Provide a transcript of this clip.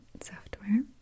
software